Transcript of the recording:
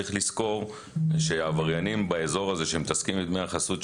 צריך לזכור שעבריינים באזור הזה שמתעסקים עם דמי החסות,